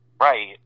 Right